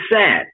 sad